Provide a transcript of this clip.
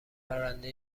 پرنده